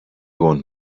want